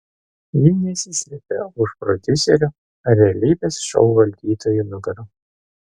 ji nesislėpė už prodiuserių ar realybės šou valdytojų nugarų